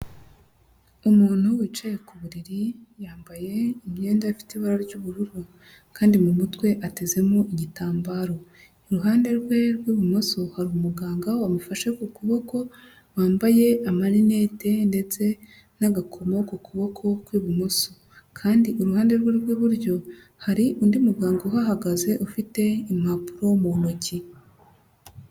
Umuntu wicaye ku buriri, yambaye imyenda ifite ibara ry'ubururu kandi mu mutwe atezemo igitambaro, iruhande rwe rw'ibumoso hari umuganga wamufashe ku kuboko, wambaye amarinete ndetse n'agakomo ku kuboko kw'ibumoso, kandi uruhande rwe rw'iburyo hari undi muganga uhahagaze ufite impapuro mu ntoki.